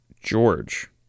George